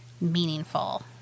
meaningful